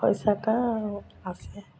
ପଇସାଟା ଆସେ